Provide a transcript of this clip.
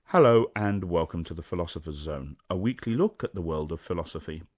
hello, and welcome to the philosopher's zone, a weekly look at the world of philosophy.